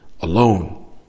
alone